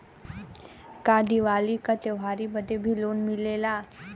का दिवाली का त्योहारी बदे भी लोन मिलेला?